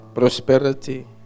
Prosperity